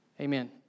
Amen